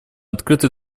открыты